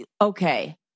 okay